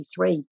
1983